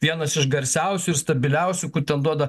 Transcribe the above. vienas iš garsiausių ir stabiliausių kur ten duoda